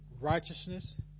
righteousness